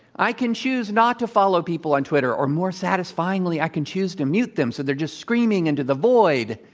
i can choose not to follow people on twitter. or more satisfyingly, i can choose to mute them so they're just screaming into the void,